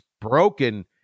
broken